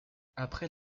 après